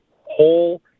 whole